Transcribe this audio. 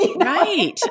Right